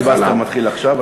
הפיליבסטר מתחיל עכשיו?